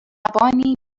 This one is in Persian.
لبانی